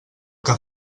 que